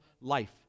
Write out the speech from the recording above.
life